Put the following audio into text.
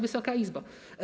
Wysoka Izbo!